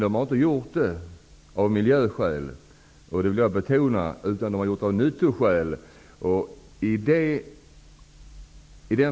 Detta har de dock inte gjort av miljöskäl, det vill jag betona, utan av nyttoskäl.